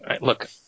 Look